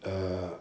err